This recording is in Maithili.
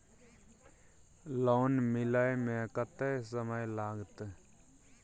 लोन मिले में कत्ते समय लागते?